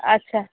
আচ্ছা